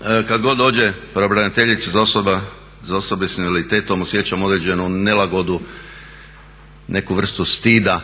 Kada god dođe pravobraniteljica za osobe sa invaliditetom osjećam određenu nelagodu, neku vrstu stida